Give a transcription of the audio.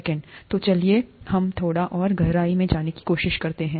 तो चलिए हम थोड़ा और गहराई में जाने की कोशिश करते हैं